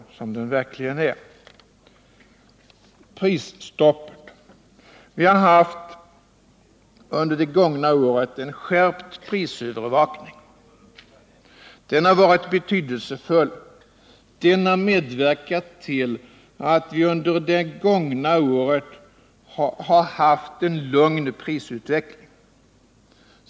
Vi har under det gångna året haft en skärpt prisövervakning. Denna har varit betydelsefull. Den har medverkat till att vi under det gångna året har haft en lugn prisutveckling.